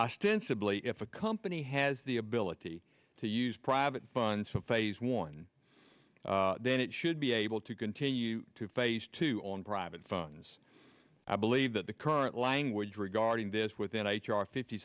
ostensibly if a company has the ability to use private funds for phase one then it should be able to continue to phase two on private phones i believe that the current language regarding this within h r fifty